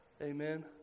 amen